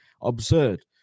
absurd